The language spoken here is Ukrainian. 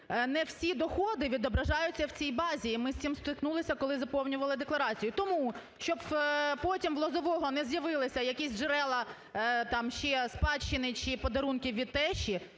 не всі доходи відображаються в цій базі і ми з цим стикнулися, коли заповнювали декларацію. І тому щоб потім в Лозового не з'явилися якісь джерела там ще спадщини, чи подарунки від тещі,